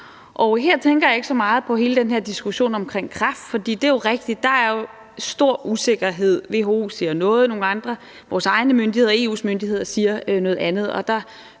Her tænker jeg ikke så meget på hele den her diskussion om kræft, for det er rigtigt, at der her er stor usikkerhed; WHO siger noget, mens vores egne myndigheder og EU's myndigheder siger noget andet, og der